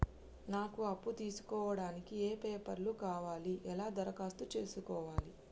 నాకు అప్పు తీసుకోవడానికి ఏ పేపర్లు కావాలి ఎలా దరఖాస్తు చేసుకోవాలి?